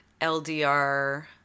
LDR